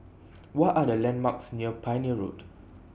What Are The landmarks near Pioneer Road